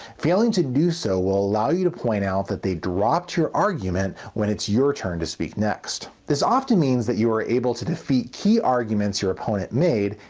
failing to do so will allow you to point out that they dropped your argument when its your turn to speak next. this often means that you are able to defeat key arguments your opponent made,